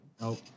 Nope